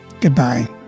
Goodbye